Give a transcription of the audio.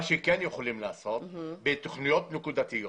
מה שכן יכולים לעשות בתוכניות נקודתיות